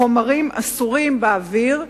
חומרים אסורים באוויר,